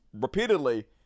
repeatedly